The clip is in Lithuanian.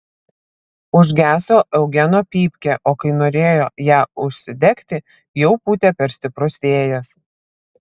užgeso eugeno pypkė o kai norėjo ją užsidegti jau pūtė per stiprus vėjas